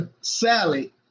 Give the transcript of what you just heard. Sally